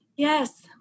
Yes